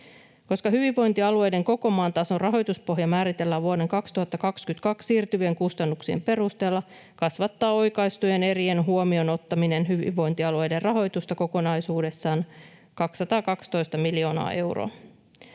Koska hyvinvointialueiden koko maan tason rahoituspohja määritellään vuoden 2022 siirtyvien kustannuksien perusteella, kasvattaa oikaistujen erien huomioon ottaminen hyvinvointialueiden rahoitusta kokonaisuudessaan 212 miljoonaa euroa.